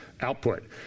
output